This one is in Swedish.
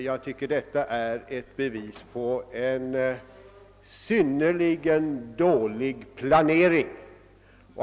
Jag tycker att detta är ett bevis på en synnerligen dålig planering.